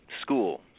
school